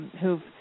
who've